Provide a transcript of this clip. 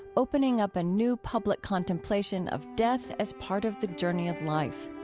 opening up a new public contemplation of death as part of the journey of life